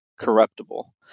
Corruptible